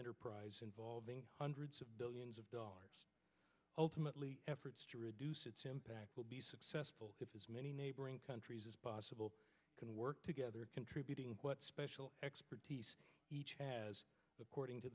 enterprise involving hundreds of billions of dollars ultimately efforts to reduce its impact will be successful if as many neighboring countries as possible can work together contributing what special expertise each has according to